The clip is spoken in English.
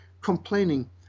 complaining